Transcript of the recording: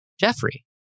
Jeffrey